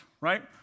right